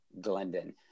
Glendon